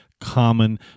common